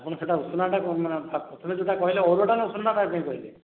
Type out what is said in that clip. ଆପଣ ସେଇଟା ଉଷୁନା ଟା ପ୍ରଥମେ ଯୋଉଟା କହିଲେ ଅରୁଆ ଟା ନା ଉଷୁନା ଟା ନବା ପାଇଁ କହିଲେ